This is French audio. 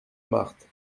marthe